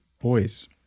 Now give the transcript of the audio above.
Boys